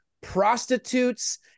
prostitutes